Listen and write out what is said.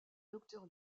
docteur